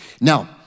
Now